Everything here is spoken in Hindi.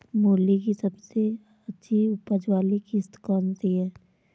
मूली की सबसे अच्छी उपज वाली किश्त कौन सी है?